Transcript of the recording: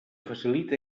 facilita